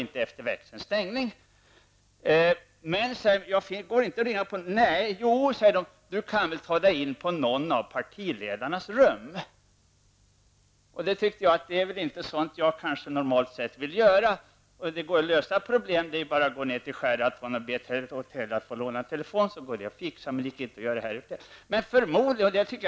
Ja, sade man sedan på larmcentralen, du kan väl ta dig in på någon av partiledarnas rum. Det tyckte jag inte var sådant som jag normalt skulle vilja göra. Det var bara att gå till Sheraton och be att få låna telefon. Men här i huset gick det alltså inte att ordna saken.